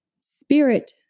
spirit